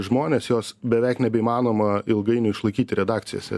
žmones jos beveik nebeįmanoma ilgainiui išlaikyti redakcijose